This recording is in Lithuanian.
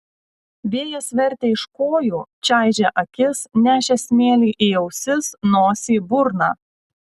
vėjas vertė iš kojų čaižė akis nešė smėlį į ausis nosį burną